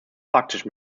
praktisch